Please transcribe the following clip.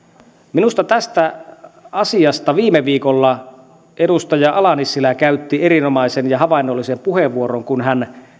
minusta tästä asiasta viime viikolla edustaja ala nissilä käytti erinomaisen ja havainnollisen puheenvuoron kun hän